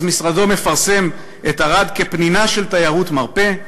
משרדו מפרסם את ערד כ"פנינה של תיירות מרפא,